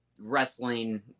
wrestling